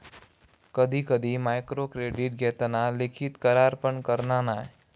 कधी कधी मायक्रोक्रेडीट घेताना लिखित करार पण करना नाय